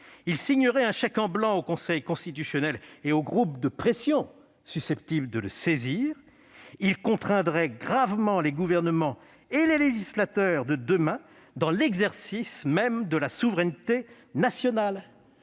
Ils signeraient un chèque en blanc au Conseil constitutionnel et aux groupes de pression susceptibles de le saisir. Ils contraindraient gravement les gouvernements et les législateurs de demain dans l'exercice même de la souveraineté nationale.